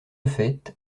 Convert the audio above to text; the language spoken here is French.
fait